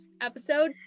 episode